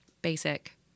basic